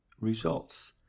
results